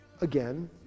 Again